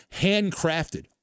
Handcrafted